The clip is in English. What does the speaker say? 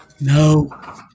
No